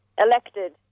elected